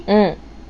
mm